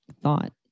thought